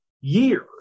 years